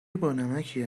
بانمکیه